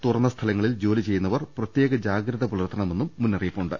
തുറന്ന സ്ഥലങ്ങളിൽ ജോലി ചെയ്യുന്നവർ പ്രത്യേക ജാഗ്രത പുലർത്തണമെന്നും മുന്നറിയിപ്പുണ്ട്